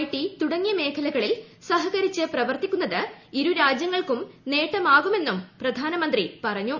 T തുടങ്ങി മേഖലകളിൽ സഹകരിച്ച് പ്രവർത്തിക്കുന്നത് ഇരുരാജ്യങ്ങൾക്കും നേട്ടമാകുമെന്നും പ്രധാനിമന്ത്രി പറഞ്ഞു